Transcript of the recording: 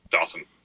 Awesome